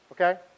okay